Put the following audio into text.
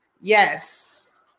Yes